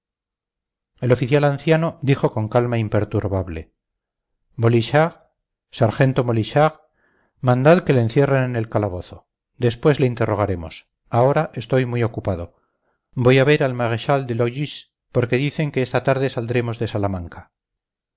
el oficial anciano dijo con calma imperturbable molichard sargento molichard mandad que le encierren en el calabozo después le interrogaremos ahora estoy muy ocupado voy a ver al maréchal de logis porque se dice que esta tarde saldremos de salamanca